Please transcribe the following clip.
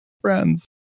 friends